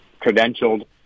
credentialed